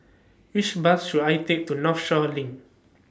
Which Bus should I Take to Northshore LINK